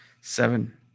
Seven